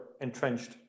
entrenched